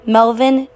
Melvin